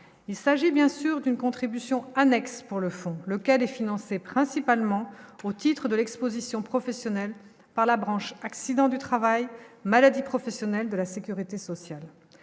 il s'agit bien sûr d'une contribution annexe pour le fond, le lequel est financé principalement au titre de l'Exposition professionnelle par la branche accidents du travail, maladies professionnelles de la Sécurité sociale,